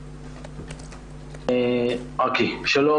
שלום.